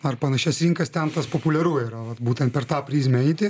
ar panašias rinkas ten tas populiaru yra vat būtent per tą prizmę eiti